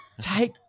take